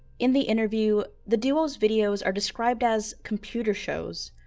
in the interview, the duo's videos are described as computer shows,